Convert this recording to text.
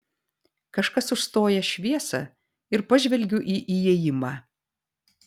kažkas užstoja šviesą ir pažvelgiu į įėjimą